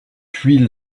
huile